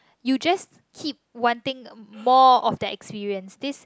you just keep one thing more of that experience this